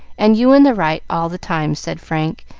and you in the right all the time, said frank,